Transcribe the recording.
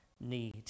need